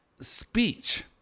speech